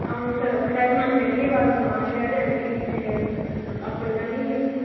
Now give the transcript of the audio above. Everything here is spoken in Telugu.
అవును సార్ ఒకసారి మనం వెళ్ళి వాళ్ళతో మాట్లాడి అన్నీ చేయాలి సార్ అప్పుడు అప్పుడు కానీ తెలిసి